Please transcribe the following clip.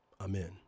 Amen